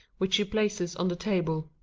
which she places on the table.